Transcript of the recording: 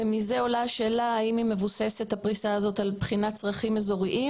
ומזה עולה השאלה: האם הפריסה הזאת מבוססת על בחינת צרכים אזוריים?